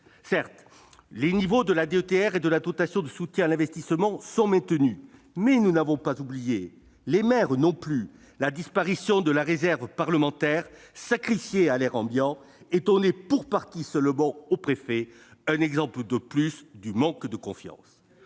Certes, les niveaux de la DETR et de la dotation de soutien à l'investissement sont maintenus, mais nous n'avons pas oublié, et les maires non plus, la disparition de la réserve parlementaire, sacrifiée à l'air du temps et confiée pour partie seulement aux préfets : un exemple de plus du manque de confiance